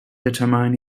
determine